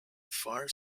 far